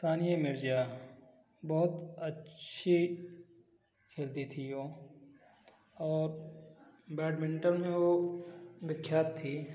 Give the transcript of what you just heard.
सानिया मिर्जा बहुत अच्छी खेलती थी वो और बैटमिन्टन में वो विख्यात थी